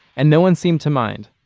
and no one seemed to mind.